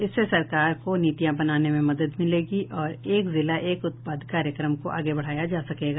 इससे सरकार को नीतियां बनाने में मदद मिलेगी और एक जिला एक उत्पाद कार्यक्रम को आगे बढ़ाया जा सकेगा